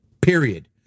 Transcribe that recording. period